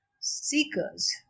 seekers